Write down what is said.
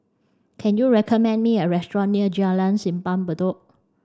can you recommend me a restaurant near Jalan Simpang Bedok